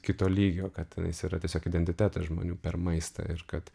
kito lygio kad tenais yra tiesiog identitetas žmonių per maistą ir kad